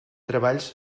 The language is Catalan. treballs